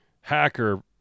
hacker